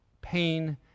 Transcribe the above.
pain